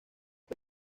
fue